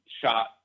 shot